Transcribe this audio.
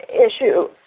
issue